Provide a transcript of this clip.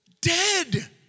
Dead